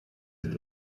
ist